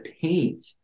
paint